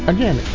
Again